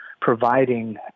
providing